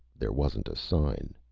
there wasn't a sign.